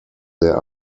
there